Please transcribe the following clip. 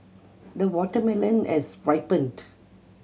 the watermelon has ripened